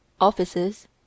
offices